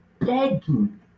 begging